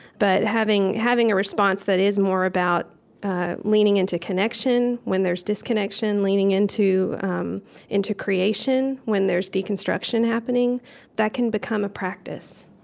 but having having a response that is more about ah leaning into connection when there's disconnection, leaning into um into creation when there's deconstruction happening that can become a practice